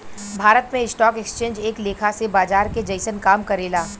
भारत में stock exchange एक लेखा से बाजार के जइसन काम करेला